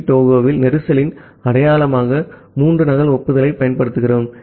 B டோஹோவில் கஞ்சேஸ்ன அடையாளமாக மூன்று நகல் ஒப்புதலைப் பயன்படுத்துகிறோம்